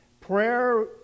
Prayer